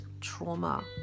trauma